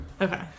Okay